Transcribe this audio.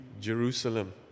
Jerusalem